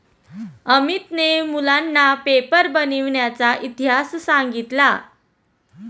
अमितने मुलांना पेपर बनविण्याचा इतिहास सांगितला